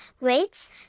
rates